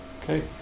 okay